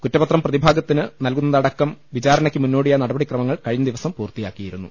കുറ്റപത്രം പ്രതിഭാഗത്തിന് നൽകുന്നതടക്കം വിചാരണയ്ക്ക് മുന്നോടിയായ നടപടിക്രമങ്ങൾ കഴിഞ്ഞ ദിവസം പൂർത്തിയാക്കിയിരുന്നു